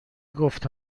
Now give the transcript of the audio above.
گفت